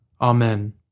Amen